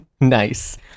nice